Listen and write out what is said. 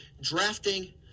drafting